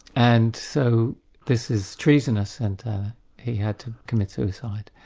and so this is treasonous and he had to commit suicide.